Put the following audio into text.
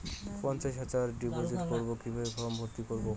পঞ্চাশ হাজার ডিপোজিট করবো কিভাবে ফর্ম ভর্তি করবো?